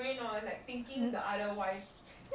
mm